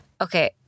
okay